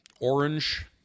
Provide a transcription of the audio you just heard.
orange